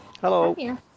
Hello